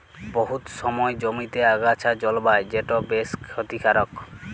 বহুত সময় জমিতে আগাছা জল্মায় যেট বেশ খ্যতিকারক